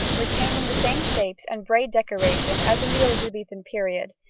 retaining the same shapes and braid decoration as in the elizabethan period,